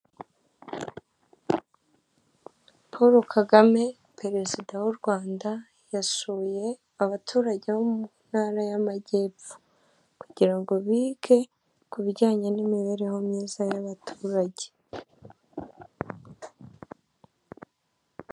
Polo Kagame perezida w'u Rwanda, yasuye abaturage bo mu ntara y'amajyepfo, kugirango bige kubijyanye n'imibereho myiza y'abaturage.